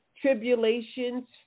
tribulations